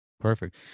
Perfect